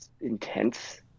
intense